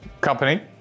company